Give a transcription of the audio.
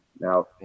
Now